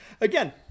again